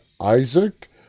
Isaac